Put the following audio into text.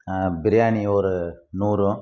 பிரியாணி ஒரு நூறும்